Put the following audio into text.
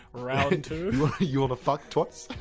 round two? you wanna fuck twice?